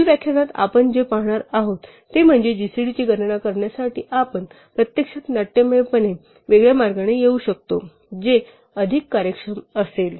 पुढील व्याख्यानात आपण जे पाहणार आहोत ते म्हणजे जीसीडीची गणना करण्यासाठी आपण प्रत्यक्षात नाट्यमयपणे वेगळ्या मार्गाने येऊ शकतो जे अधिक कार्यक्षम असेल